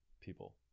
people